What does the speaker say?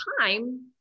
time